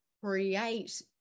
create